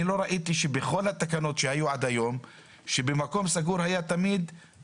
לא ראיתי שבכל התקנות שהיו עד היום שבמקום סגור היו פחות